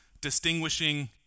distinguishing